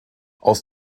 aus